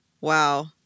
Wow